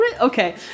Okay